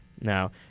Now